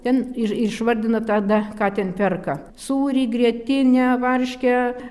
ten ir ir išvardina tada ką ten perka sūrį grietinę varškę